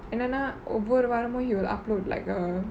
என்னனா ஒவ்வொரு வாரமு:ennanaa ovvaru vaaramu he will upload like a